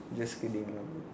just kidding lah bro